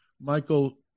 Michael